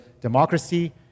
democracy